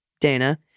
Dana